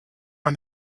man